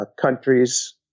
countries